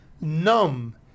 numb